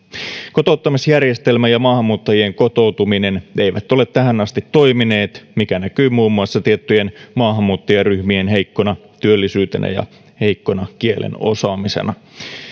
kotouttamisjärjestelmä ja maahanmuuttajien kotoutuminen eivät ole tähän asti toimineet mikä näkyy muun muassa tiettyjen maahanmuuttajaryhmien heikkona työllisyytenä ja heikkona kielen osaamisena